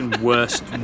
Worst